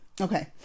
Okay